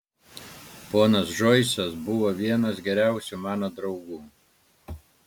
ponas džoisas buvo vienas geriausių mano draugų